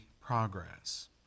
progress